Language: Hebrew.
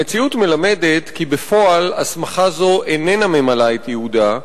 המציאות מלמדת כי בפועל הסמכה זו איננה ממלאה את ייעודה,